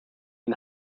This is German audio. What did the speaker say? den